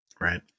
Right